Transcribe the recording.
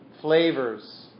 flavors